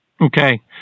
Okay